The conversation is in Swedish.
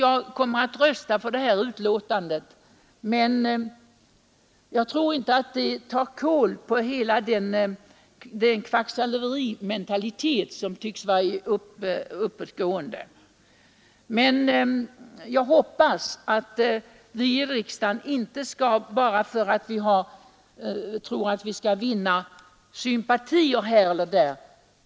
Jag kommer att rösta för utskottets hemställan, men jag tror inte att det är tillräckligt för att ta kål på den kvacksalverimentalitet som tycks vara på uppåtgående. Jag hoppas att vi i riksdagen inte skall gå ifrån vårt eget förnuft bara för att vinna sympatier här eller där.